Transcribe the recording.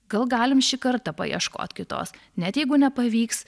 gal galim šį kartą paieškot kitos net jeigu nepavyks